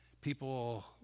people